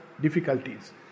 difficulties